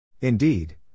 Indeed